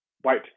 white